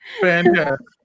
Fantastic